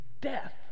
death